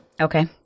Okay